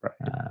Right